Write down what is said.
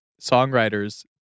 songwriters